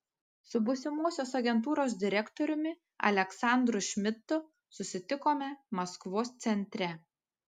su būsimosios agentūros direktoriumi aleksandru šmidtu susitikome maskvos centre